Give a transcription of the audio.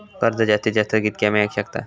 कर्ज जास्तीत जास्त कितक्या मेळाक शकता?